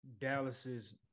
Dallas's